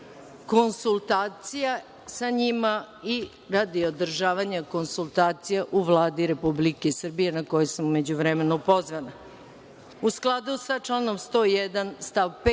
konsultacija sa njima i radi održavanja konsultacija u Vladi Republike Srbije, na koje sam u međuvremenu pozvana.U skladu sa članom 101. stav 5.